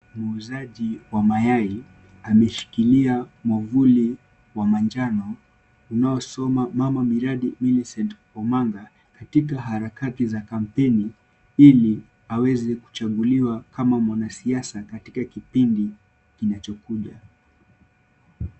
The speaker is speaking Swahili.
Muuzaji wa mayai ameshikilia mwavuli wa manjano unaosoma,"Mama miradi Millicent Omanga" katika harakati za kampeni ili aweze kuchaguliwa kama mwanasiasa katika kipindi kinachokuja.